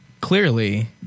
clearly